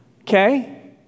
Okay